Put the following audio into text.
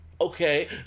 okay